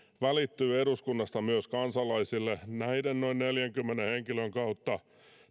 välittyy eduskunnasta myös kansalaisille näiden noin neljänkymmenen henkilön kautta